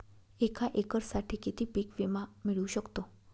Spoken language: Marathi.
एका एकरसाठी किती पीक विमा मिळू शकतो?